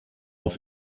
auf